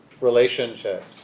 relationships